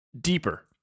deeper